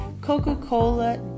Coca-Cola